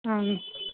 అవును